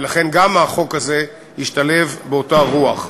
ולכן גם החוק הזה ישתלב באותה רוח.